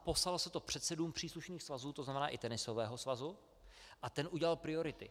Poslalo se to předsedům příslušných svazů, to znamená i tenisového svazu, a ten udělal priority.